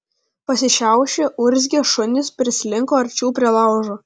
pasišiaušę urzgią šunys prislinko arčiau prie laužo